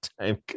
time